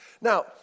Now